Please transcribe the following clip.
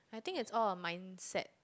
I think is all on mindset